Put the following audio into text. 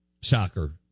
soccer